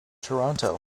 toronto